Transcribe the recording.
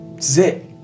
Zit